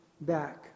back